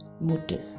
motive